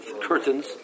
curtains